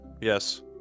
Yes